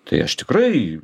tai aš tikrai